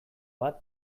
bat